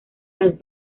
las